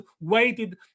waited